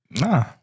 Nah